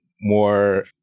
more